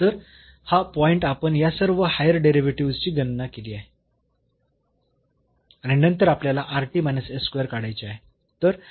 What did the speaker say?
तर हा पॉईंट आपण या सर्व हायर डेरिव्हेटिव्हस् ची गणना केली आहे आणि नंतर आपल्याला काढायचे आहे